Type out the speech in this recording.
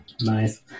nice